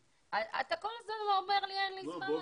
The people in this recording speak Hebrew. אתה כל הזמן אומר לי "אין לי זמן",